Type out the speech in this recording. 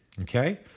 Okay